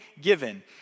given